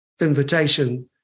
invitation